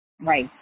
Right